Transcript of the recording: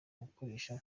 gukoresha